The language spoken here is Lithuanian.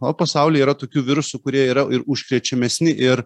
o pasaulyje yra tokių virusų kurie yra ir užkrečiamesni ir